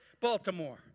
Baltimore